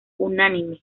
unánime